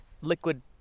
liquid